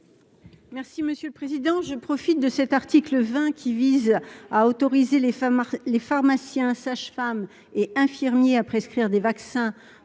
Merci monsieur le président, je profite de cet article 20 qui vise à autoriser les femmes, les pharmaciens, sages-femmes et infirmiers à prescrire des vaccins